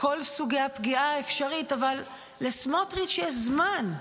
כל סוגי הפגיעה האפשרית, אבל לסמוטריץ' יש זמן,